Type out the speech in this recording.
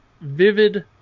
vivid